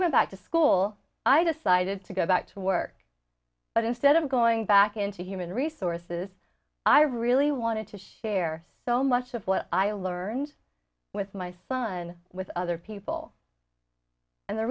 went back to school i decided to go back to work but instead of going back into human resources i really wanted to share so much of what i learned with my son with other people and the